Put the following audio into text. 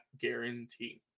guarantee